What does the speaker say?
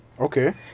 okay